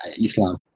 Islam